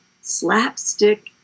slapstick